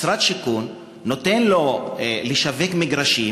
משרד השיכון נותן לו לשווק מגרשים,